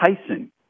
Tyson